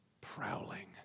prowling